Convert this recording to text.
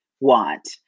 want